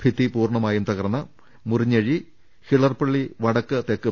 ഭിത്തി പൂർണ്ണമായും തകർന്ന മുറിഞ്ഞഴി ഹിളർ പള്ളി വടക്ക് തെക്കു